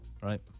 Right